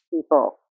people